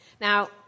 Now